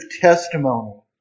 testimony